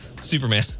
Superman